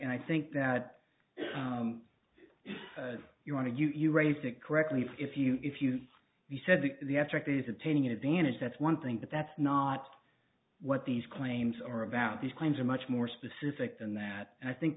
and i think that if you want to you you raised it correctly if you if you can be said to the abstract is obtaining an advantage that's one thing but that's not what these claims are about these claims are much more specific than that and i think